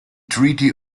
treaty